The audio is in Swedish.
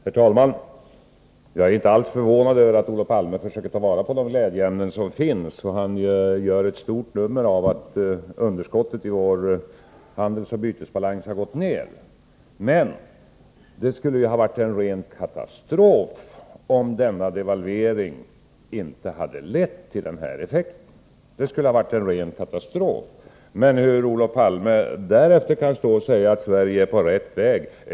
Herr talman! Jag är inte alls förvånad över att Olof Palme försöker ta vara på de glädjeämnen som finns. Han gör ett stort nummer av att underskottet i vår handelsoch bytesbalans gått ned. Men det skulle ju ha varit en ren katastrof om denna devalvering inte hade lett till den här effekten. Men hur kan Olof Palme därefter stå och säga att Sverige är inne på rätt väg?